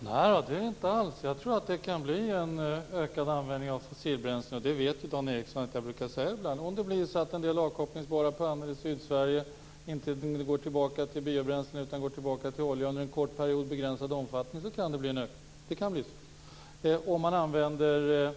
Fru talman! Nej, det tror jag inte alls. Jag tror att det kan bli en ökad användning av fossilbränslen, och det vet Dan Ericsson att jag brukar säga ibland. Om en del omkopplingsbara pannor i Sydsverige inte går tillbaka till biobränslen utan går tillbaka till olja under en kort period i begränsad omfattning kan det bli en ökning. Det kan bli så. Om man använder